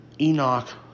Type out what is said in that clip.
Enoch